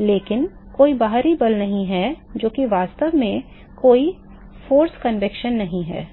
लेकिन कोई बाहरी बल नहीं है जो कि है वास्तव में कोई बल संवहन नहीं है